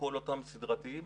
שכל אותם סדרתיים